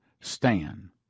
STAN